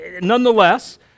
nonetheless